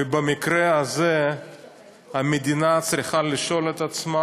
ובמקרה הזה המדינה צריכה לשאול את עצמה: